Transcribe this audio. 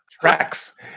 tracks